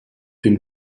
une